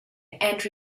and